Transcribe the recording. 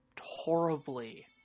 horribly